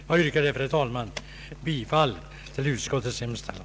Jag yrkar bifall till utskoltets hemställan.